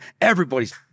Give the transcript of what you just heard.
Everybody's